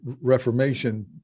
reformation